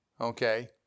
okay